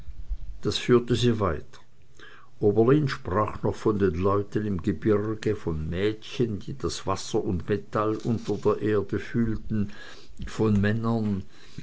das führte sie weiter oberlin sprach noch von den leuten im gebirge von mädchen die das wasser und metall unter der erde fühlten von männern